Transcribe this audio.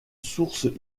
sources